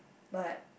but